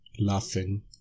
laughing